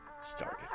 started